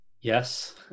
Yes